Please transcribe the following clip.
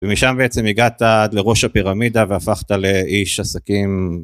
ומשם בעצם הגעת עד לראש הפירמידה והפכת לאיש עסקים.